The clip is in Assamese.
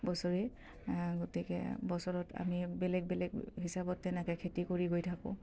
বছৰি গতিকে বছৰত আমি বেলেগ বেলেগ হিচাপত তেনেকে খেতি কৰি গৈ থাকোঁ